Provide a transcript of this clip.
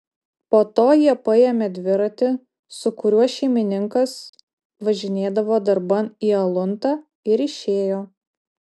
po to jie paėmė dviratį su kuriuo šeimininkas važinėdavo darban į aluntą ir išėjo